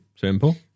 simple